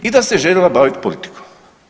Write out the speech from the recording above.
I da se željela baviti politikom.